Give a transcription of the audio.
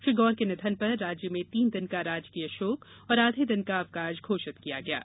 श्री गौर के निधन पर राज्य में तीन दिन का राजकीय शोक और आधे दिन का अवकाश घोषित किया गया है